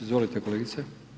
Izvolite kolegice.